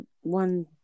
one